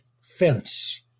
fence